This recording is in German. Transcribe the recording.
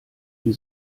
wie